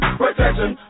protection